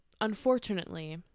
unfortunately